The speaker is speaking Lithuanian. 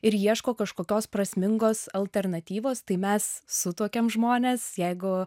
ir ieško kažkokios prasmingos alternatyvos tai mes sutuokiam žmones jeigu